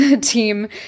team